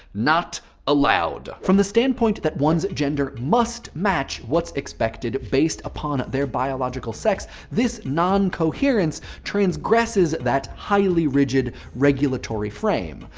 not allowed. from the standpoint that one's gender must match what's expected based upon their biological sex, this noncoherence transgresses that highly rigid, regulatory frame.